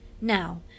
Now